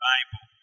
Bible